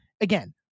Again